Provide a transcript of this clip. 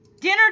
dinner